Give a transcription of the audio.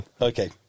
Okay